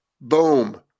Boom